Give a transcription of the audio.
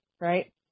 right